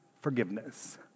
forgiveness